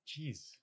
jeez